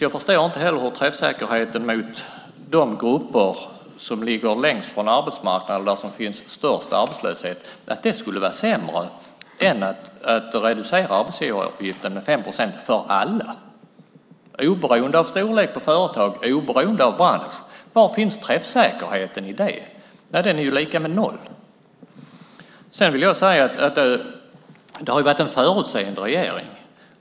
Jag förstår inte hur träffsäkerheten mot de grupper som befinner sig längst från arbetsmarknaden eller där det finns störst arbetslöshet skulle vara sämre än att reducera arbetsgivaravgiften med 5 procent för alla, oberoende av storlek på företag, oberoende av bransch. Var finns träffsäkerheten i det? Den är ju lika med noll. Jag vill tillägga att det varit en förutseende regering.